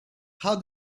how